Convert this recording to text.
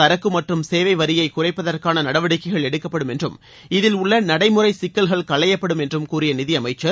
சரக்கு மற்றும் சேவை வரியை குறைப்பதற்கான நடவடிக்கைகள் எடுக்கப்படும் என்றும் இதில் உள்ள நடைமுறை சிக்கல்கள் களையப்படும் என்றம் கூறிய நிதியமைச்சர்